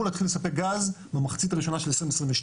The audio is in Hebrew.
להתחיל לספק גז במחצית הראשונה של 2022,